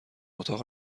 اتاق